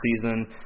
season